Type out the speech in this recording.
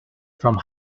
from